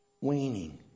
waning